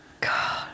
God